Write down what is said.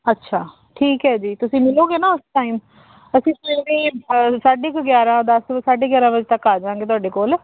ਅੱਛਾ ਠੀਕ ਹੈ ਜੀ ਤੁਸੀਂ ਮਿਲੋਗੇ ਨਾ ਉਸ ਟਾਈਮ ਅਸੀਂ ਸਵੇਰ ਦੇ ਸਾਢੇ ਕੁ ਗਿਆਰਾਂ ਦਸ ਸਾਢੇ ਕੁ ਗਿਆਰਾਂ ਵਜੇ ਤੱਕ ਆ ਜਾਵਾਂਗੇ ਤੁਹਾਡੇ ਕੋਲ